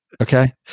Okay